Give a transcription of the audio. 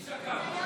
היא שקעה.